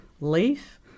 leaf